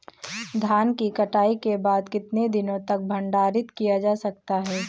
धान की कटाई के बाद कितने दिनों तक भंडारित किया जा सकता है?